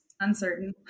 uncertain